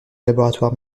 laboratoire